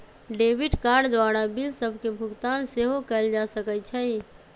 debit card द्वारा bill सभके भुगतान सेहो कएल जा सकइ छै